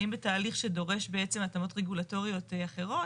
האם בתהליך שדורש בעצם התאמות רגולטוריות אחרות,